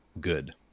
good